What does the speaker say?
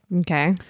Okay